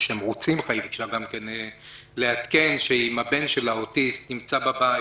היא ביקשה לעדכן שהבן שלה האוטיסט נמצא בבית,